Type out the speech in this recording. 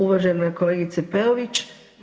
Uvažena kolegice Peović.